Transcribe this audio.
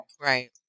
Right